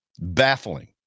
Baffling